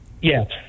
Yes